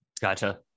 Gotcha